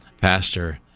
pastor